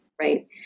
right